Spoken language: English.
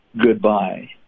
goodbye